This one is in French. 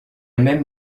même